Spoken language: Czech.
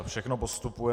Všechno postupuje.